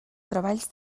treballs